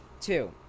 Two